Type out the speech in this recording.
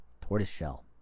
tortoiseshell